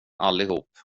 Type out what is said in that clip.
allihop